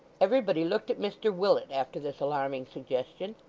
everybody looked at mr willet, after this alarming suggestion.